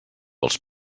els